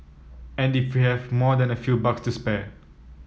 and if we have more than a few bucks to spare